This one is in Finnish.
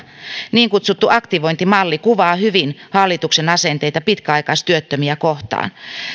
niin kutsuttu aktivointimalli kuvaa hyvin hallituksen asenteita pitkäaikaistyöttömiä kohtaan